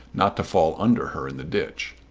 not to fall under her in the ditch.